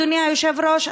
אדוני היושב-ראש?